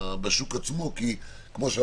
ניסיון מספיק משמעותי כדי לעבור לשלבים הבאים.